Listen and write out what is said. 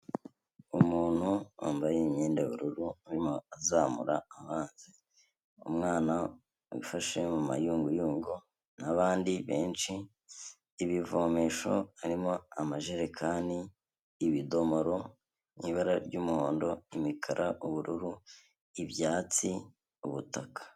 Umuntu wambaye imyenda y'ubuubururu, arimo azamura amazi, umwana wifashe mu mayunguyungu n'abandi benshi, ibivomesho harimo amajerekani, ibidomoro mu ibara ry'umuhondo, imikara, ubururu, ibyatsi, ubutaka.